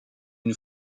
une